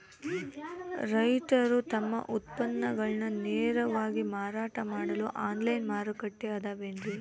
ರೈತರು ತಮ್ಮ ಉತ್ಪನ್ನಗಳನ್ನ ನೇರವಾಗಿ ಮಾರಾಟ ಮಾಡಲು ಆನ್ಲೈನ್ ಮಾರುಕಟ್ಟೆ ಅದವೇನ್ರಿ?